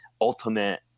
ultimate